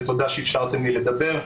תודה שאפשרתם לי לדבר.